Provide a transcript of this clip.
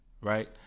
Right